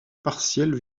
partielle